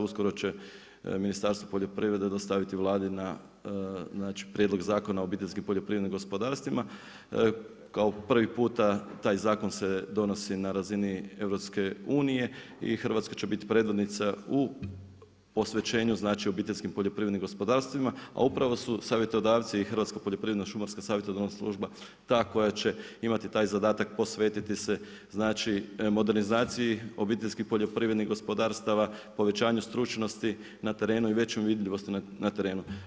Uskoro će Ministarstvo poljoprivrede dostaviti Vladi na prijedlog zakona o obiteljskim poljoprivrednim gospodarstvima, kao prvi put taj zakon se donosi na razini EU i Hrvatska će biti predvodnica u posvećenu znači obiteljskim poljoprivrednim gospodarstvima, a upravo su savjetodavci i Hrvatska poljoprivredno-šumarsko savjetodavna služba ta koja će imati taj zadatak posvetiti se znači modernizaciji obiteljskih poljoprivrednih gospodarstava, povećanju stručnosti na terenu i većoj vidljivosti na terenu.